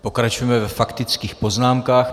Pokračujeme ve faktických poznámkách.